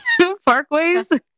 parkways